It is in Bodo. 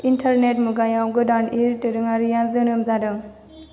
इन्टारनेट मुगायाव गोदान इद दोरोङारिया जोनोम जादों